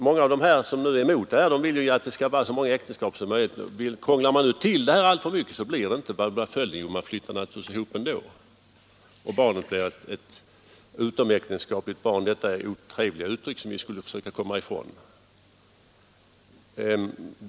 Många av dem som nu är emot förslaget vill ju att det skall vara så många äktenskap som möjligt. Krånglar man här till alltför mycket, flyttar vederbörande naturligtvis ihop ändå, och barnet blir utomäktenskapligt — detta otrevliga uttryck som vi skulle försöka komma ifrån.